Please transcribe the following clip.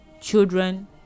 children